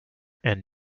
and